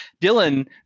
dylan